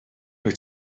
wyt